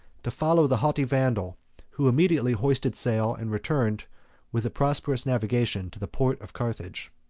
to follow the haughty vandal who immediately hoisted sail, and returned with a prosperous navigation to the port of carthage.